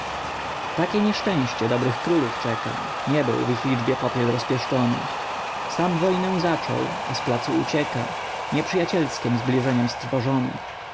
takie nieszczęście dobrych królów czeka nie był w ich liczbie popiel rozpieszczony sam wojnę zaczął a z placu ucieka nieprzyjacielskiem zbliżeniem strwożony